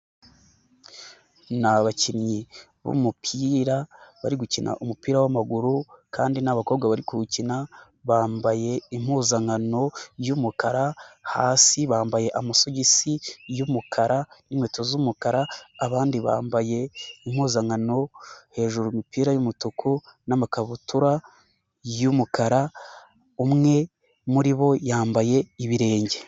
Ni abakinnyi b'umupira, bari gukina umupira w'amaguru kandi n'abakobwa bari gukina, bambaye impuzankano y'umukara, hasi bambaye amasogisi y'umukara n'inkweto z'umukara, abandi bambaye impuzankano hejuru imipira y'umutuku n'amakabutura y'umukara, umwe muribo yambaye ibirenge.